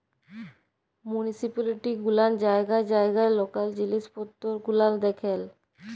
municipality গুলান জায়গায় জায়গায় লকাল জিলিস পত্তর গুলান দেখেল